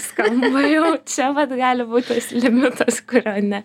skamba jau čia vat gali būti limitas kurio ne